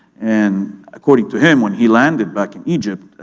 and according to him, when he landed back in egypt,